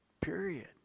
period